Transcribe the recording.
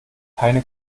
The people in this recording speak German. keine